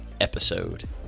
episode